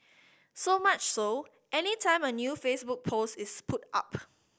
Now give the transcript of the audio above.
so much so any time a new Facebook post is put up